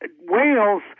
Wales